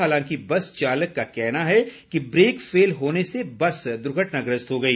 हालांकि बस चालक का कहना है कि ब्रेक फेल होने से बस दुर्घटनाग्रस्त हो गई